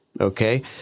okay